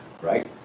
Right